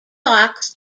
box